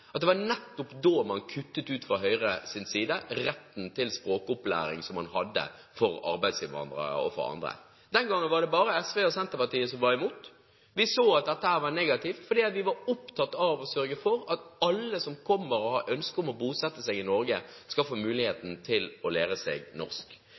kuttet ut retten til språkopplæring som man hadde for arbeidsinnvandrere og for andre. Den gangen var det bare SV og Senterpartiet som var imot. Vi så at dette var negativt, for vi var opptatt av å sørge for at alle som kommer og har ønske om å bosette seg i Norge, skulle få